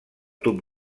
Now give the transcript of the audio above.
tub